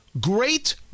Great